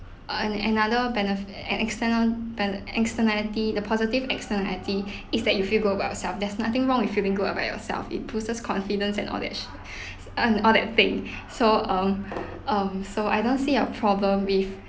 uh and another benefit and external bene~ externality the positive externality is that you feel good about yourself there's nothing wrong with feeling good about yourself it pushes boosts confidence and all these and all that thing so um um so I don't see a problem with